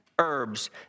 herbs